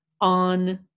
on